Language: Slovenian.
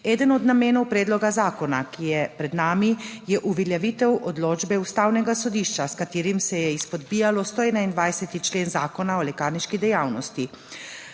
Eden od namenov predloga zakona, ki je pred nami je uveljavitev odločbe Ustavnega sodišča s katerim se je izpodbijalo 121. člen Zakona o lekarniški dejavnosti.